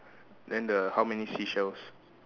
then the how many seashells